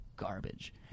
garbage